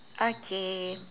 okay